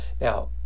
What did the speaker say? now